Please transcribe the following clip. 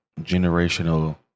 generational